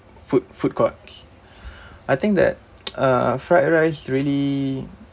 food food courts I think that uh fried rice really